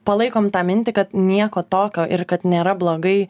palaikom tą mintį kad nieko tokio ir kad nėra blogai